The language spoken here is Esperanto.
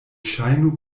ŝajnu